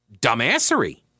dumbassery